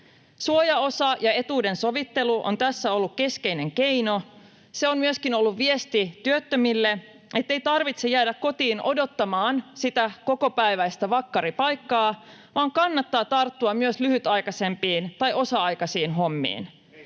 Suojaosa ja etuuden sovittelu on tässä ollut keskeinen keino. Se on myöskin ollut viesti työttömille, ettei tarvitse jäädä kotiin odottamaan sitä kokopäiväistä vakkaripaikkaa, vaan kannattaa tarttua myös lyhytaikaisempiin tai osa-aikaisiin hommiin.